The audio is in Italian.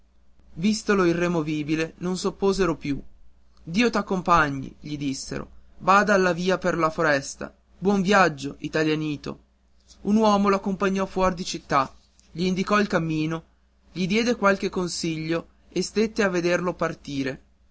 via vistolo irremovibile non s'opposero più dio t'accompagni gli dissero bada alla via per la foresta buon viaggio italianito un uomo l'accompagnò fuori di città gli indicò il cammino gli diede qualche consiglio e stette a vederlo partire